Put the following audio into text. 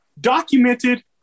documented